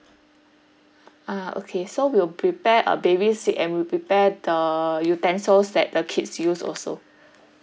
ah okay so we will prepare a baby seat and we'll prepare the utensils that the kids use also